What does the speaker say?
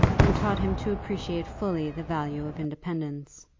and taught him to appreciate fully the value of independence.